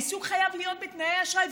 העיסוק חייב להיות בתנאי האשראי,